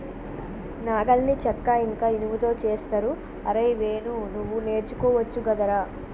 నాగలిని చెక్క ఇంక ఇనుముతో చేస్తరు అరేయ్ వేణు నువ్వు నేర్చుకోవచ్చు గదరా